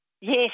Yes